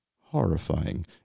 horrifying